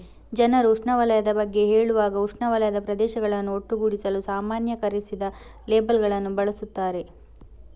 ಜನರು ಉಷ್ಣವಲಯದ ಬಗ್ಗೆ ಹೇಳುವಾಗ ಉಷ್ಣವಲಯದ ಪ್ರದೇಶಗಳನ್ನು ಒಟ್ಟುಗೂಡಿಸಲು ಸಾಮಾನ್ಯೀಕರಿಸಿದ ಲೇಬಲ್ ಗಳನ್ನು ಬಳಸುತ್ತಾರೆ